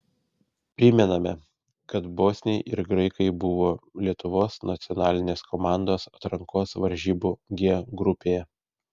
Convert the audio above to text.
primename kad bosniai ir graikai buvo lietuvos nacionalinės komandos atrankos varžybų g grupėje